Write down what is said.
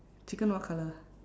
chicken what colour